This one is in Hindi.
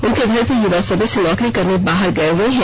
उनके घर के युवा सदस्य नौकरी करने बाहर गए हुए हैं